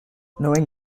knowing